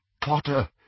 Potter